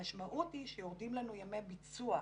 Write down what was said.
המשמעות היא שיורדים לנו ימי ביצוע,